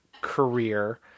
career